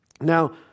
Now